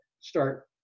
start